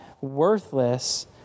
worthless